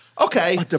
Okay